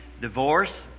divorce